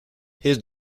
his